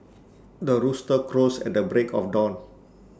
the rooster crows at the break of dawn